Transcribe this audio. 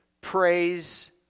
praise